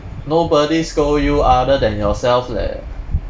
nobody scold you other than yourself leh